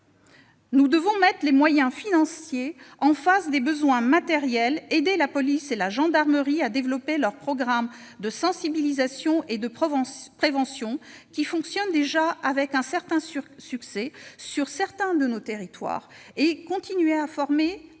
Nous devons mettre les moyens financiers à la hauteur des besoins matériels, aider la police et la gendarmerie à développer leurs programmes de sensibilisation et de prévention, qui fonctionnent déjà avec succès sur certains de nos territoires, et continuer à former à l'écoute